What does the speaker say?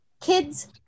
kids